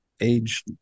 age